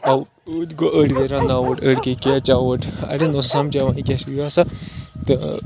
گٔے run out أڑۍ گٔے کیچ آوُٹ اَڑٮ۪ن اوس نہٕ سَمجی یِوان یہِ کیٛاہ چھِ یہِ اوسا